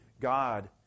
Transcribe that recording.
God